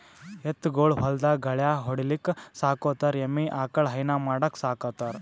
ಎತ್ತ್ ಗೊಳ್ ಹೊಲ್ದಾಗ್ ಗಳ್ಯಾ ಹೊಡಿಲಿಕ್ಕ್ ಸಾಕೋತಾರ್ ಎಮ್ಮಿ ಆಕಳ್ ಹೈನಾ ಮಾಡಕ್ಕ್ ಸಾಕೋತಾರ್